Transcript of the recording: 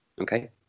okay